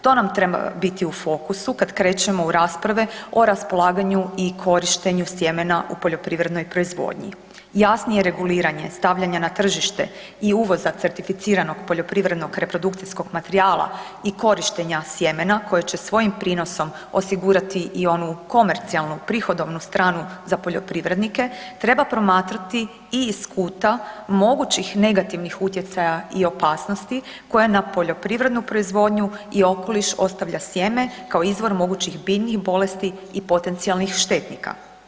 To nam treba biti u fokusu kad krećemo u rasprave o raspolaganju i korištenju sjemena u poljoprivrednoj proizvodnji, jasnije reguliranje, stavljanje na tržište i uvoza certificiranog poljoprivrednog reprodukcijskog materijala i korištenja sjemena koji će svojim prinosom osigurati i onu komercijalnu, prihodovnu stranu za poljoprivrednike, treba promatrati i iz kuta mogućih negativnih utjecaja i opasnosti koje na poljoprivrednu proizvodnju i okoliš ostavlja sjeme kao izvor mogućih biljnih bolesti i potencijalnih štetnika.